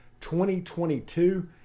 2022